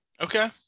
Okay